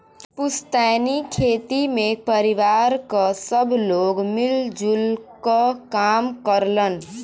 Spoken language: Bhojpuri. पुस्तैनी खेती में परिवार क सब लोग मिल जुल क काम करलन